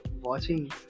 watching